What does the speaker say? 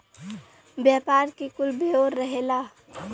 व्यापार के कुल ब्योरा रहेला